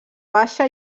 baixa